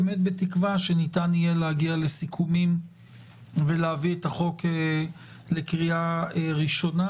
בתקווה שניתן יהיה להגיע לסיכומים ולהביא את החוק לקריאה ראשונה,